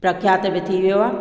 प्रख्यात बि थी वियो आहे